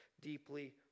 deeply